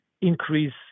increase